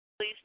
Please